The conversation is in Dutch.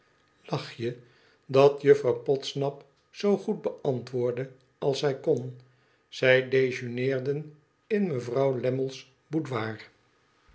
lachje dat jufiouw podsdap zoo goed beantwoordde als zij kon zij dejeuneerden m mevrouw lainmle's boudoir